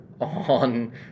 on